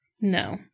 No